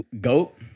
Goat